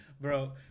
Bro